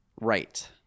Right